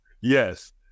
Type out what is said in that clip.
Yes